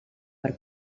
per